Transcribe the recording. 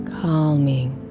calming